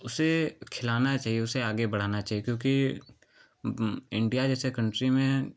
उसे खेलाना चाहिए उसे आगे बढ़ाना चाहिए क्योंकि इंडिया जैसे कन्ट्री में